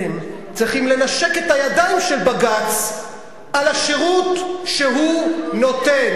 אתם צריכים לנשק את הידיים של בג"ץ על השירות שהוא נותן.